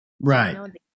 right